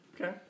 okay